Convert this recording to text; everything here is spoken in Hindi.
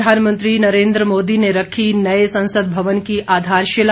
प्रधानमंत्री नरेन्द्र मोदी ने रखी नए संसद भवन की आधारशिला